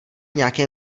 nějaké